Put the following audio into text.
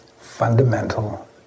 fundamental